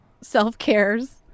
self-cares